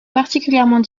particulièrement